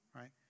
Right